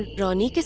ronnie.